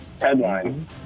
Headline